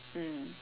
mm